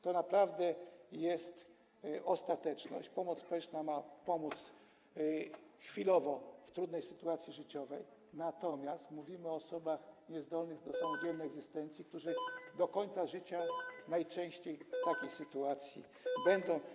To naprawdę jest ostateczność, pomoc społeczna ma pomóc chwilowo w trudnej sytuacji życiowej, natomiast mówimy o osobach niezdolnych do samodzielnej egzystencji, które do końca życia najczęściej w takiej sytuacji będą.